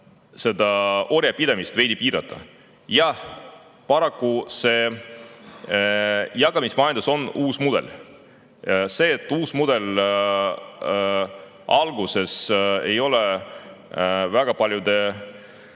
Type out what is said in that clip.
seda orjapidamist veidi piirata. Jah, paraku on jagamismajandus uus [majandus]mudel. See, et uus mudel alguses ei ole väga paljude